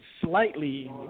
slightly